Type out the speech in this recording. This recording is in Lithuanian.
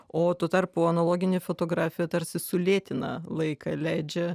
o tuo tarpu analoginė fotografija tarsi sulėtina laiką leidžia